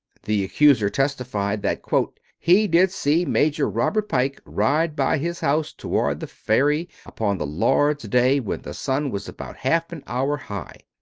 the accuser testified that he did see major robert pike ride by his house toward the ferry upon the lord's day when the sun was about half an hour high.